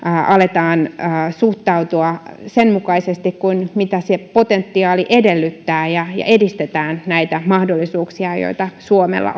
aletaan suhtautua sen mukaisesti kuin se potentiaali edellyttää ja ja edistetään näitä mahdollisuuksia joita suomella